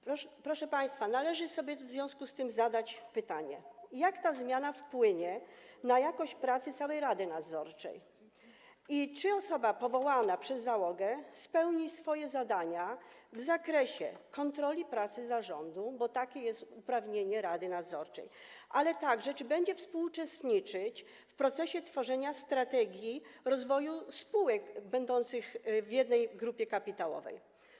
Proszę państwa, należy sobie w związku z tym zadać pytanie, jak ta zmiana wpłynie na jakość pracy całej rady nadzorczej i czy osoba powołana przez załogę spełni swoje zadania w zakresie kontroli pracy zarządu, bo takie jest uprawnienie rady nadzorczej, ale także czy będzie współuczestniczyć w procesie tworzenia strategii rozwoju spółek będących w jednej grupie kapitałowej.